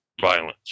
violence